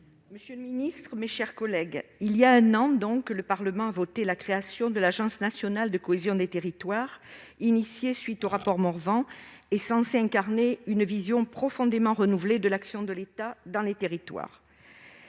monsieur le secrétaire d'État, mes chers collègues, il y a un an, le Parlement a donc voté la création de l'Agence nationale de la cohésion des territoires, préfigurée par le rapport Morvan et censée incarner une vision profondément renouvelée de l'action de l'État dans les territoires.